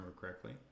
correctly